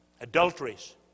adulteries